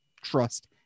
trust